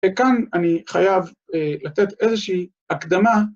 וכאן אני חייב לתת איזושהי הקדמה.